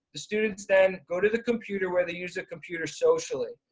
the students then go to the computer where they use a computer socially.